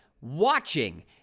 watching